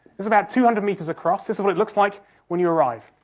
is about two hundred metres across, this is what it looks like when you arrive.